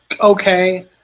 okay